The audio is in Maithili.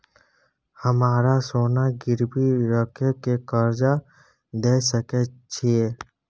हमरा सोना गिरवी रखय के कर्ज दै सकै छिए?